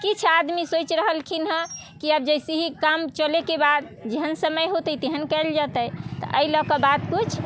किछु आदमी सोचि रहलखिन हँ कि अब जैसे ही काम चलयके बाद जेहन समय होतै तेहन कयल जेतै तऽ एहि लऽ के बात किछु